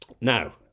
Now